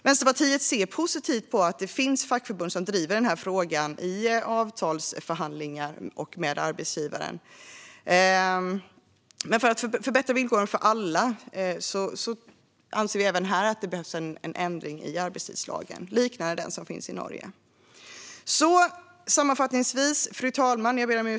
Vänsterpartiet ser positivt på att det finns fackförbund som driver den här frågan i avtalsförhandlingar och med arbetsgivaren, men för att förbättra villkoren för alla anser vi även här att det behövs en ändring i arbetstidslagen liknande den som finns i Norge. Fru talman!